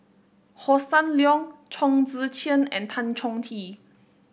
Hossan Leong Chong Tze Chien and Tan Chong Tee